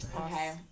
Okay